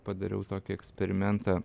padariau tokį eksperimentą